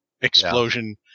explosion